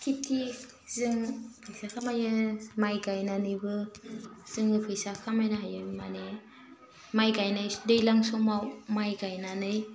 खेथिजों फैसा खामायो माइ गायनानैबो जोङो फैसा खामायनो हायो माने माइ गायनाय दैलां समाव माइ गायनानै